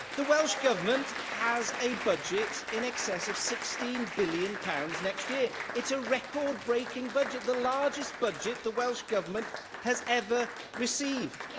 the welsh government has a budget in excess of sixteen billion pounds next year. it's a record-breaking budget, the largest budget the welsh government has ever received,